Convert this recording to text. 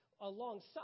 alongside